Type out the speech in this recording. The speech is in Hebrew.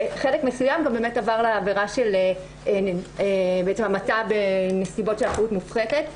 וחלק מסוים עבר לעבירה של המתה בנסיבות של אחריות מופחתת.